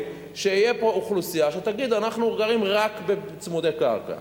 שתהיה פה אוכלוסייה שתגיד: אנחנו גרים רק בצמודי קרקע.